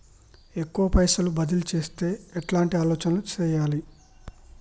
ఎక్కువ పైసలు బదిలీ చేత్తే ఎట్లాంటి ఆలోచన సేయాలి?